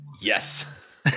Yes